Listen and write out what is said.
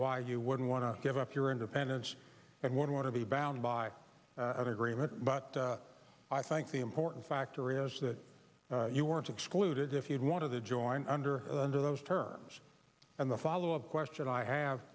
why you wouldn't want to give up your independence and want to be bound by an agreement but i think the important factor is that you weren't excluded if you'd want to join under under those terms and the follow up question i have